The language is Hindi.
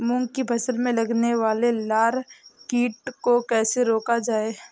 मूंग की फसल में लगने वाले लार कीट को कैसे रोका जाए?